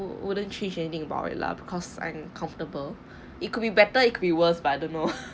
wouldn't change anything about it lah because I'm comfortable it could be better it could be worst but I don't know